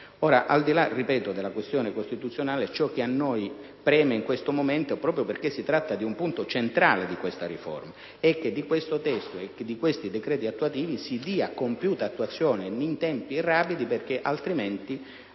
Al di là della questione costituzionale, ciò che a noi preme in questo momento, proprio perché si tratta di un punto centrale di questa riforma, è che a questo testo e a questi decreti attuativi si dia compiuta attuazione in tempi rapidi, altrimenti